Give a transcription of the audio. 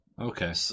Okay